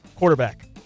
Quarterback